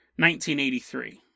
1983